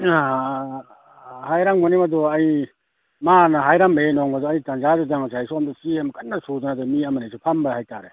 ꯑꯥ ꯍꯥꯏꯔꯝꯒꯅꯤ ꯃꯗꯨ ꯑꯩ ꯃꯥꯅ ꯍꯥꯏꯔꯝꯕ ꯍꯦꯛ ꯅꯣꯡꯃꯗꯨ ꯑꯩ ꯇꯟꯖꯥꯗꯨꯗ ꯉꯁꯥꯏ ꯁꯣꯝꯗ ꯆꯦ ꯑꯃ ꯀꯟꯅ ꯁꯨꯗꯅ ꯑꯗ ꯃꯤ ꯑꯃꯅꯤꯁꯨ ꯐꯝꯕ ꯍꯥꯏꯇꯔꯦ